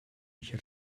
mich